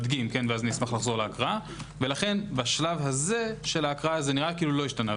מדגים - ולכן בשלב הזה של ההקראה נראה כאילו לא השתנה.